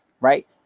right